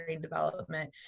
development